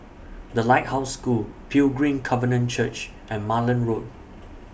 The Lighthouse School Pilgrim Covenant Church and Malan Road